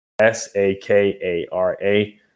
S-A-K-A-R-A